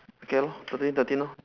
okay lor total thirteen lor